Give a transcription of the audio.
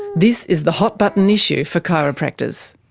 this is the hot-button issue for chiropractors.